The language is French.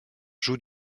joue